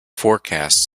forecast